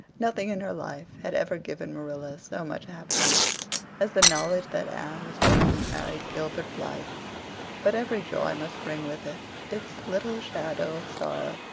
nothing in her life had ever given marilla so much happiness as the knowledge that anne was going to marry gilbert blythe but every joy must bring with it its little shadow of sorrow.